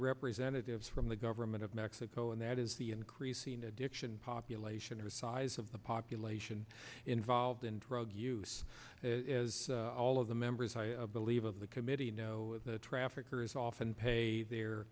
representatives from the government of mexico and that is the increasing addiction population or size of the population involved in drug use as all of the members i believe of the committee know the traffickers often pay their